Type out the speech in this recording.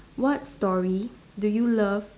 what story do you love